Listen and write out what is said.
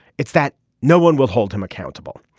it's that no one will hold him accountable.